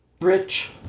rich